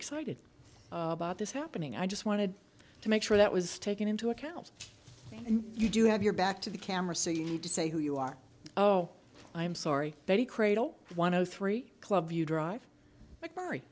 excited about this happening i just wanted to make sure that was taken into account and you do have your back to the camera so you need to say who you are oh i'm sorry betty cradle one hundred three club view drive like mari